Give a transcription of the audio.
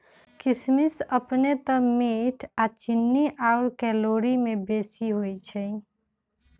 किशमिश अपने तऽ मीठ आऽ चीन्नी आउर कैलोरी में बेशी होइ छइ